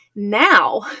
now